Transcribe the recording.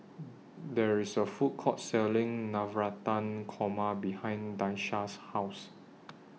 There IS A Food Court Selling Navratan Korma behind Daisha's House